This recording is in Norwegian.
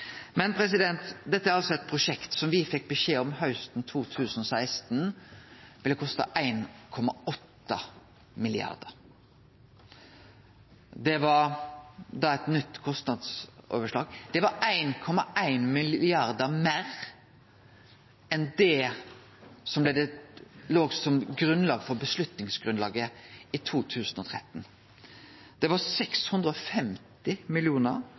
Dette er altså eit prosjekt som me fekk beskjed om hausten 2016 ville koste 1,8 mrd. kr. Det var da eit nytt kostnadsoverslag. Det var 1,1 mrd. kr meir enn det som låg som grunnlag for avgjerda i 2013, det var 650